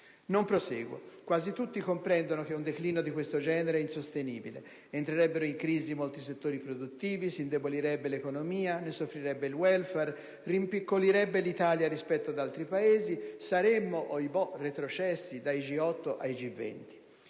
Non proseguo. Quasi tutti comprendono che un declino di questo genere è insostenibile: entrerebbero in crisi molti settori produttivi, si indebolirebbe l'economia, ne soffrirebbe il *welfare*, rimpicciolirebbe l'Italia rispetto ad altri Paesi, saremmo - ohibò - retrocessi dai G8 ai G20.